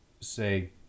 say